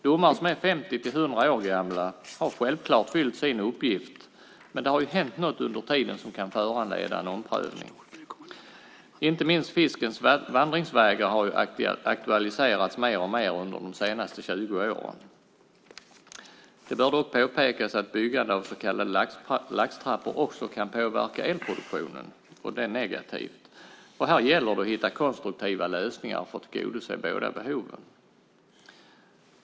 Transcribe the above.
Domar som är 50-100 år gamla har självklart fyllt sin uppgift, men det har hänt något under tiden som kan föranleda en omprövning. Inte minst fiskens vandringsvägar har aktualiserats mer och mer under de senaste 20 åren. Det bör dock påpekas att byggande av så kallade laxtrappor också kan påverka elproduktionen negativt, och här gäller det att hitta konstruktiva lösningar för att tillgodose båda behoven.